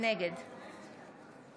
נגד